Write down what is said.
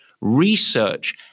research